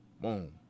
Boom